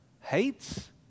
Hates